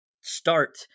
start